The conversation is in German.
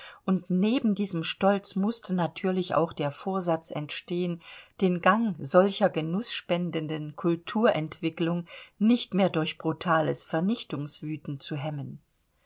und neben diesem stolz mußte natürlich auch der vorsatz entstehen den gang solcher genußspendenden kulturentwickelung nicht mehr durch brutales vernichtungswüten zu hemmen